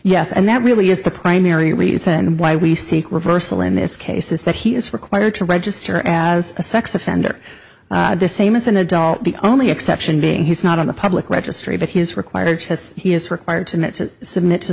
yes and that really is the primary reason why we seek reversal in this case is that he is required to register as a sex offender the same as an adult the only exception being he's not on the public registry but his required says he is required to submit to